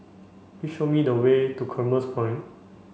please show me the way to Commerce Point